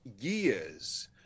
years